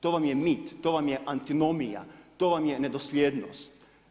To vam je mit, to vam je antinomija, to vam je nedosljednost.